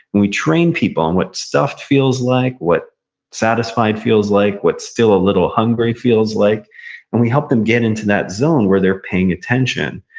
and we train people on what stuffed feels like, what satisfied feels like, what still a little hungry feels like, and we help them get into that zone where they're paying attention.